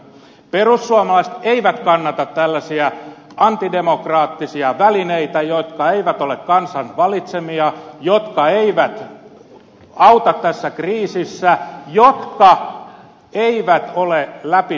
perussuomalaiset eivät kannata tällaisia antidemokraattisia välineitä jotka eivät ole kansan valitsemia jotka eivät auta tässä kriisissä jotka eivät ole läpinäkyviä